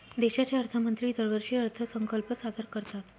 देशाचे अर्थमंत्री दरवर्षी अर्थसंकल्प सादर करतात